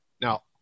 Now